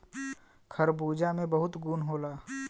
खरबूजा में बहुत गुन होला